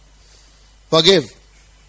forgive